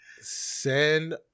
send